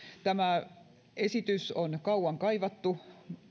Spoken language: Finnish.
tämä esitys on kauan kaivattu